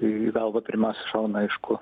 į galvą pirmiausia šauna aišku